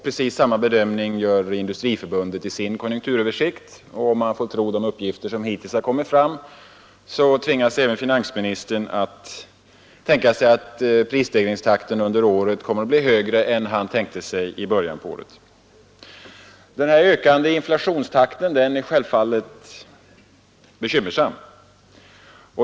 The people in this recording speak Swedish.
Precis samma bedömning gör Industriförbundet i sin konjunkturöversikt, och om man får tro de uppgifter som hittills kommit fram tvingas även finansministern inse att prisstegringstakten under året blir högre än han tänkte sig i början av året. Den här ökande inflationstakten är självfallet bekymmersam.